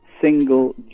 single